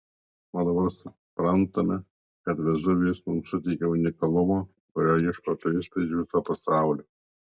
o dabar suprantame kad vezuvijus mums suteikia unikalumo kurio ieško turistai iš viso pasaulio